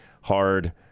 hard